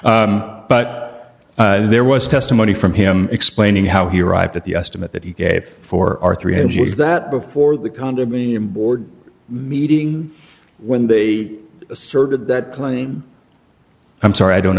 but there was testimony from him explaining how he arrived at the estimate that he gave for our three hundred g s that before the condominium board meeting when they asserted that plane i'm sorry i don't